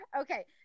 Okay